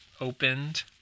opened